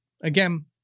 Again